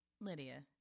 Lydia